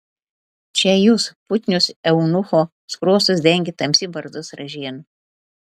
čia jūs putnius eunucho skruostus dengė tamsi barzdos ražiena